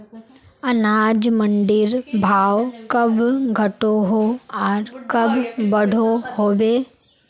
अनाज मंडीर भाव कब घटोहो आर कब बढ़ो होबे?